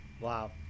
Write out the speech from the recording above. Wow